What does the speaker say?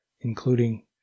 including